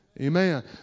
Amen